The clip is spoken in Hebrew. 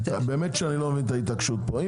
באמת שאני לא מבין את ההתעקשות פה.